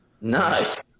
Nice